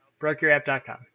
BrokeYourApp.com